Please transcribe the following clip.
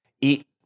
eat